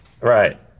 right